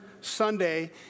Sunday